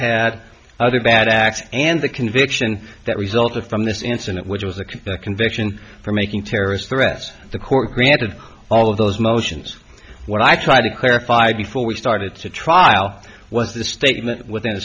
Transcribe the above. had other bad acts and the conviction that resulted from this incident which was a conviction for making terrorist threats the court granted all of those motions what i tried to clarify before we started to trial was the statement within